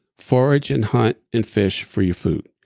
forage and hunt and fish for your food.